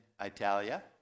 Italia